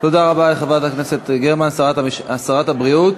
תודה רבה לחברת הכנסת גרמן, שרת הבריאות.